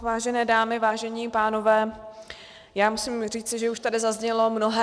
Vážené dámy, vážení pánové, já musím říci, že už tady zaznělo mnohé.